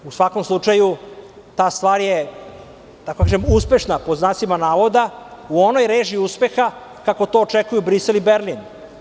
U svakom slučaju, ta stvar je uspešna pod znacima navoda u onoj režiji uspeha kako to očekuju Brisel i Berlin.